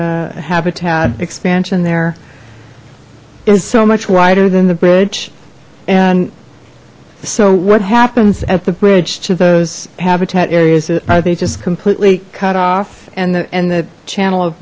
a habitat expansion there is so much wider than the bridge and so what happens at the bridge to those habitat areas are they just completely cut off and then the channel of